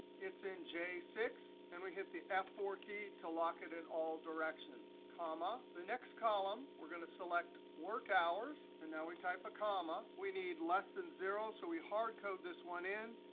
it's in j six, and we hit the f four key to lock it in all directions, comma. the next column we're going to select work hours, and now we type a comma. we need less than zero, so we hard code this one in,